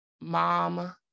mom